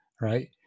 right